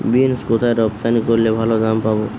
Beans কোথায় রপ্তানি করলে ভালো দাম পাব?